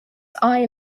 eye